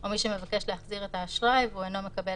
או מי שמבקש להחזיר את האשראי והוא אינו מקבל